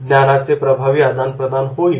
ज्ञानाचे प्रभावी आदान प्रदान होईल